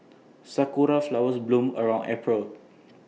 Sakura Flowers bloom around April